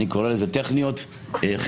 שאני קורא להן "טכניות" -- טכניות?